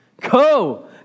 Go